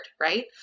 right